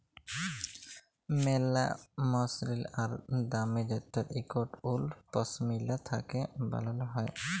ম্যালা মসরিল আর দামি জ্যাত্যের ইকট উল পশমিলা থ্যাকে বালাল হ্যয়